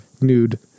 nude